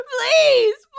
Please